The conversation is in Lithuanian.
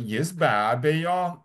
jis be abejo